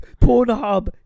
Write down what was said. Pornhub